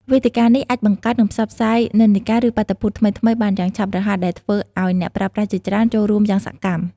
វេទិកានេះអាចបង្កើត និងផ្សព្វផ្សាយនិន្នាការ ឬបាតុភូតថ្មីៗបានយ៉ាងឆាប់រហ័ស ដែលធ្វើឱ្យអ្នកប្រើប្រាស់ជាច្រើនចូលរួមយ៉ាងសកម្ម។